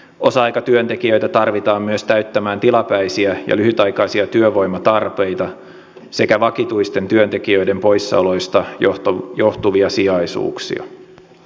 osa aikatyöntekijöitä tarvitaan myös täyttämään tilapäisiä ja lyhytaikaisia työvoimatarpeita sekä vakituisten työntekijöiden poissaoloista johtuvia sijaisuuksia